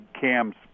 Cam's